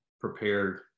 prepared